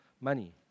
money